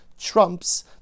trumps